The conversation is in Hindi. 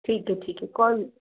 ठीक है ठीक है कॉल